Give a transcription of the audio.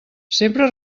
sempre